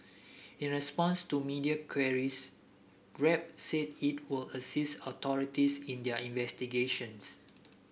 in response to media queries Grab said it would assist authorities in their investigations